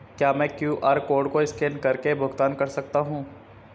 क्या मैं QR code को स्कैन करके भुगतान कर सकता हूं?